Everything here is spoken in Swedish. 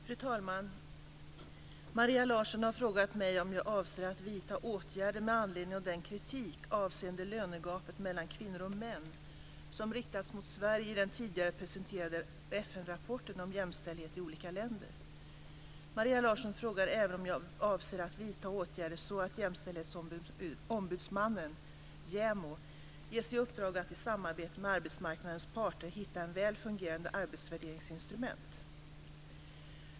Fru talman! Maria Larsson har frågat mig om jag avser att vidta åtgärder med anledning av den kritik avseende lönegapet mellan kvinnor och män som riktas mot Sverige i den tidigare presenterade FN rapporten om jämställdhet i olika länder. Maria Larsson frågar även om jag avser att vidta åtgärder så att Jämställdhetsombudsmannen, JämO, ges i uppdrag att i samarbete med arbetsmarknadens parter hitta ett väl fungerande arbetsvärderingsinstrument.